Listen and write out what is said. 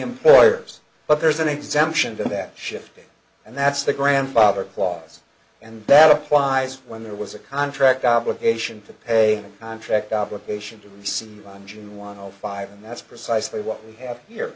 employers but there's an exemption to that shift and that's the grandfather clause and that applies when there was a contract obligation to pay contract obligation to see june one zero five and that's precisely what we have here